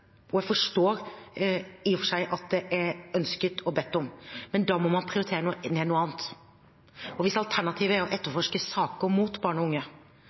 og jeg forstår i og for seg at det er ønsket og bedt om, men da må man prioritere ned noe annet. Og hvis alternativet er å etterforske saker mot barn og unge,